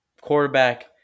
Quarterback